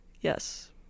yes